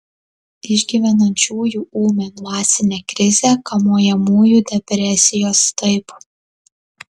išgyvenančiųjų ūmią dvasinę krizę kamuojamųjų depresijos taip